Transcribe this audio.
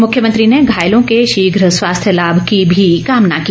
मुख्यमंत्री ने घायलों के शीघ स्वास्थ्य लाभ की कामना भी की